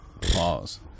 Pause